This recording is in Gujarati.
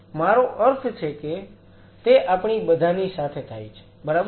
મારો અર્થ છે કે તે આપણી બધાની સાથે થાય છે બરાબર